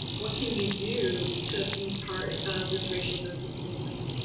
what can you do to be part of this racial justice movement?